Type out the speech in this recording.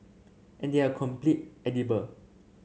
and they are complete edible